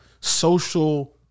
social